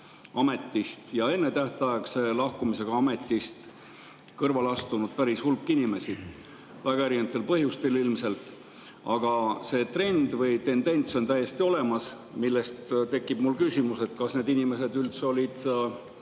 ametist, ennetähtaegse lahkumisega ametist, kõrvale astunud päris suur hulk inimesi, väga erinevatel põhjustel ilmselt. Aga see tendents on täiesti olemas. Mul tekib küsimus, kas need inimesed üldse olid